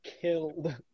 killed